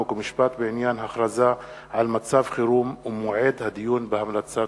חוק ומשפט בעניין הכרזה על מצב חירום ומועד הדיון בהמלצה.